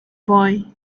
boy